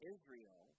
Israel